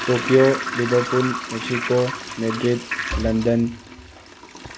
Tokyo liverpool Mexico Madrid London